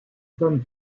femme